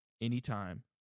anytime